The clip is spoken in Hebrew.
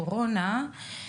קורונה.